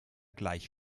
gleich